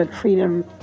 freedom